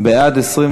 כללית),